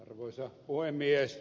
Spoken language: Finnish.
arvoisa puhemies